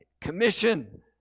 commission